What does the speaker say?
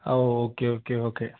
oh okay okay okay